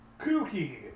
Kooky